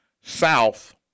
South